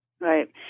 Right